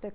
the